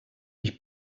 ich